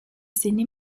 sydney